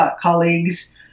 colleagues